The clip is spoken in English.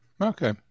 Okay